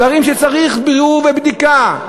דברים שצריכים בירור ובדיקה,